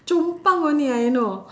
chong pang only I know